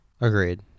Agreed